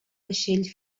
vaixell